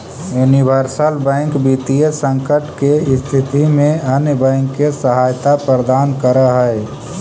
universal bank वित्तीय संकट के स्थिति में अन्य बैंक के सहायता प्रदान करऽ हइ